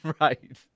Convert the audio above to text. Right